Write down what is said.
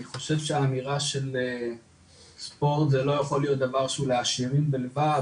חושב שהאמירה של ספורט זה לא יכול להיות דבר שהוא לעשירים בלבד,